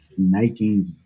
Nikes